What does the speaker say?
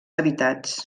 habitats